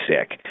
sick